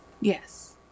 Yes